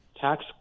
tax